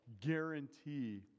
guarantee